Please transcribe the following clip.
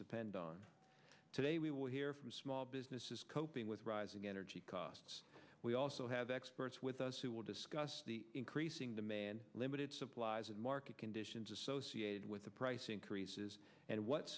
depend on today we will hear from small businesses coping with rising energy costs we also have experts with us who will discuss the increasing demand limited supplies and market conditions associated with the price increases and what